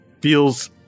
feels